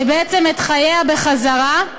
ובעצם את חייה בחזרה.